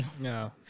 No